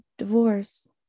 divorce